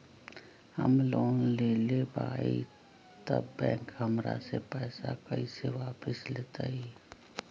हम लोन लेलेबाई तब बैंक हमरा से पैसा कइसे वापिस लेतई?